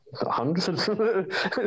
Hundreds